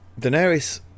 Daenerys